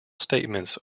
statements